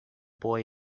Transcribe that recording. boy